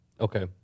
Okay